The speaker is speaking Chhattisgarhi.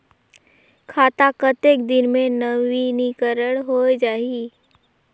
खाता कतेक दिन मे नवीनीकरण होए जाहि??